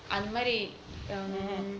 அந்தமாரி:anthamaari um